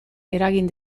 eragin